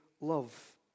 love